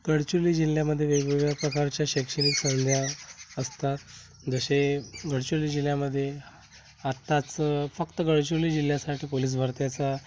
गडचुली जिल्ह्यामध्ये वेगवेगळ्या प्रकारच्या शैक्षणिक संध्या असतात जसे गडचुली जिल्ह्यामध्ये आत्ताचं फक्त गडचुली जिल्ह्यासाठी पोलीस भरतीचा